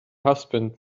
husband